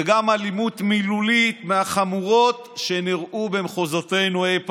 וגם אלימות מילולית מהחמורות שנראו במחוזותינו אי פעם.